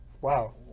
Wow